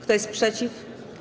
Kto jest przeciw?